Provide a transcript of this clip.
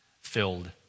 filled